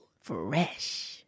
Fresh